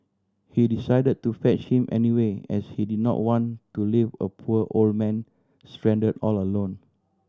he decided to fetch him anyway as he did not want to leave a poor old man stranded all alone